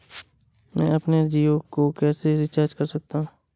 मैं अपने जियो को कैसे रिचार्ज कर सकता हूँ?